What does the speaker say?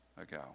ago